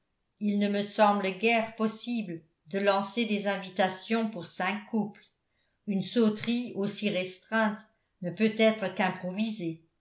il ne me semble guère possible de lancer des invitations pour cinq couples une sauterie aussi restreinte ne peut être qu'improvisée